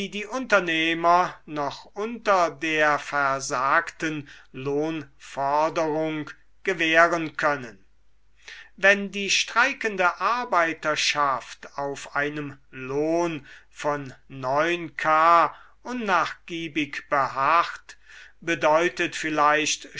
die unternehmer noch unter der versagten lohnforderung gewähren können wenn die streikende arbeiterschaft auf einem lohn von k unnachgiebig beharrt bedeutet vielleicht